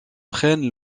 prennent